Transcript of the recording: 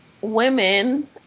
women